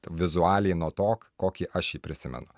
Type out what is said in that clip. to vizualiai nuo to kokį aš jį prisimenu